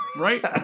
Right